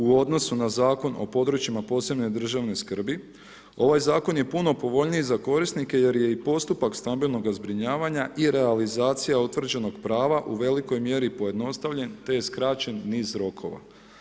U odnosu na Zakon o područjima posebne državne skrbi, ovaj zakon je puno povoljniji za korisnike jer je i postupak stambenoga zbrinjavanja i realizacija utvrđenog prava u velikoj mjeri pojednostavljen te je skraćen niz rokova.